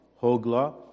Hogla